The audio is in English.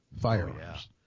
firearms